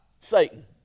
Satan